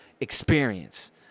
experience